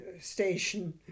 station